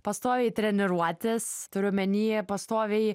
pastoviai treniruotis turiu omeny pastoviai